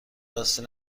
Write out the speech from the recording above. آستین